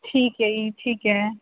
ਠੀਕ ਹੈ ਜੀ ਠੀਕ ਹੈ